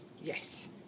yes